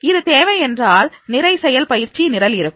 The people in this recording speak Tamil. இது தேவை என்றால் நிறை செயல் பயிற்சி நிரல் இருக்கும்